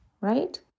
right